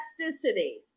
Elasticity